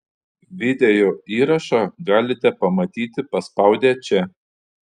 video įrašą galite pamatyti paspaudę čia